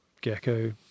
gecko